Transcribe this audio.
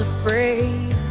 Afraid